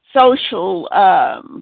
social